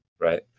Right